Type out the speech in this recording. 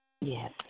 Yes